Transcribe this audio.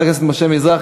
לחבר הכנסת משה מזרחי.